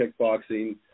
kickboxing